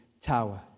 tower